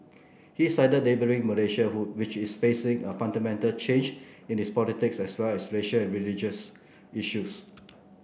he cited neighbouring Malaysia who which is facing a fundamental change in its politics as well as racial and religious issues